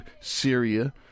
Syria